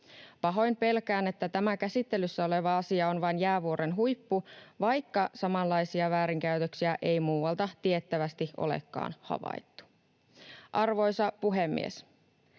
Pahoin pelkään, että tämä käsittelyssä oleva asia on vain jäävuoren huippu, vaikka samanlaisia väärinkäytöksiä ei muualta tiettävästi olekaan havaittu. Arvoisa puhemies!